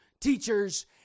teachers